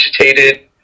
agitated